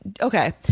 okay